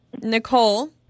Nicole